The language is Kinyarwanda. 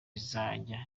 izajya